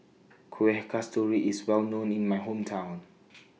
Kuih Kasturi IS Well known in My Hometown